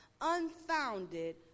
unfounded